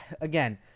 again